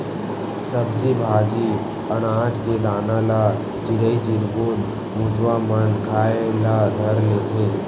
सब्जी भाजी, अनाज के दाना ल चिरई चिरगुन, मुसवा मन खाए ल धर लेथे